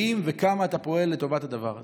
האם וכמה אתה פועל לטובת הדבר הזה?